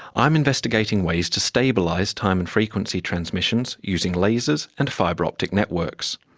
i'm investigating ways to stabilise time and frequency transmissions using lasers and fibre optic networks.